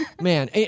Man